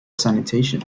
sanitation